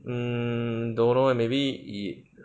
mm don't know maybe is